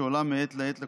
שעולה מעת לעת לכותרות,